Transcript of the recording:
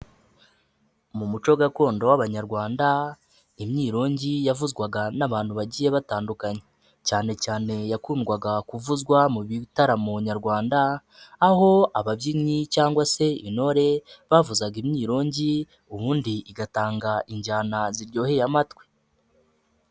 Mu muco gakondo w'Abanyarwanda, imyirongi yavuzwaga n'abantu bagiye batandukanye, cyane cyane yakundwaga kuvuzwa mu bitaramo nyarwanda, aho ababyinnyi cyangwa se intore, bavuzaga imyirongi, ubundi igatanga injyana ziryoheye amatwi.